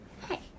Hey